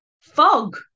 fog